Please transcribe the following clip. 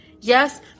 yes